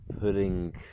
putting